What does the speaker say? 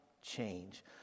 change